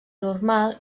normal